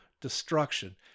destruction